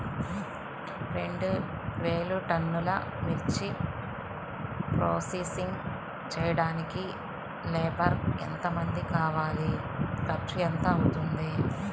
రెండు వేలు టన్నుల మిర్చి ప్రోసెసింగ్ చేయడానికి లేబర్ ఎంతమంది కావాలి, ఖర్చు ఎంత అవుతుంది?